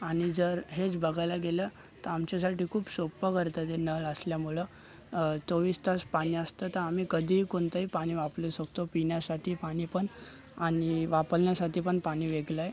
आणि जर हेच बघायला गेलं तर आमच्यासाठी खूप सोपं करतं ते नळ असल्यामुळं चोवीस तास पाणी असतं तर आम्ही कधी कोणचंही पाणी वापरू शकतो पिण्यासाठी पाणी पण पाणी वापरण्यासाठीपण पाणी वेगळं आहे